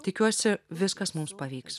tikiuosi viskas mums pavyks